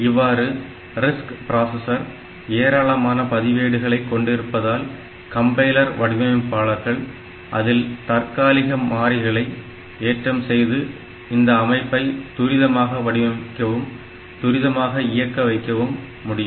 இவ்வாறு RISC processor ஏராளமான பதிவேடுகளை கொண்டிருப்பதால்கம்பைலர் வடிவமைப்பாளர்கள் அதில் தற்காலிக மாறிகளை ஏற்றம் செய்து இந்த அமைப்பை துரிதமாக வடிவமைக்கவும் துரிதமாக இயக்க வைக்கவும் முடியும்